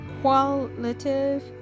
qualitative